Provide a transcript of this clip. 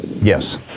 Yes